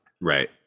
Right